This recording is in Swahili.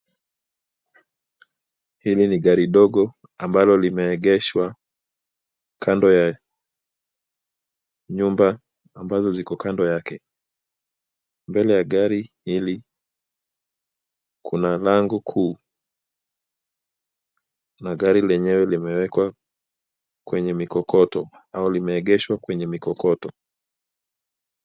Hili ni gari dogo ambalo limeegeshwa kando ya nyumba ambazo ziko kando yake. Mbele ya gari hili kuna lango kuu na gari lenyewe limewekwa kwenye kokoto au limeegeshwa kwenye kokoto.